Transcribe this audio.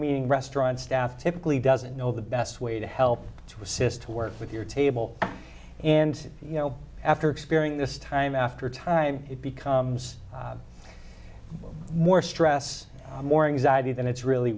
meaning restaurant staff typically doesn't know the best way to help to assist to work with your table and you know after experience this time after time it becomes more stress moorings idea than it's really